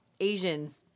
Asians